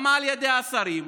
גם על ידי השרים,